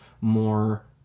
more